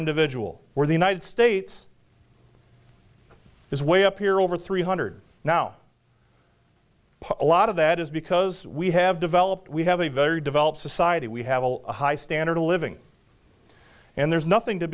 individual or the united states is way up here over three hundred now a lot of that is because we have developed we have a very developed society we have a high standard of living and there's nothing to